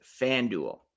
FanDuel